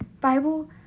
Bible